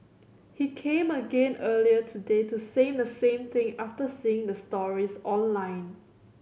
he came again earlier today to say the same thing after seeing the stories online